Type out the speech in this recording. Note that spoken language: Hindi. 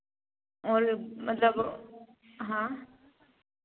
और मतलब हाँ